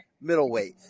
middleweight